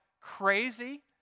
crazy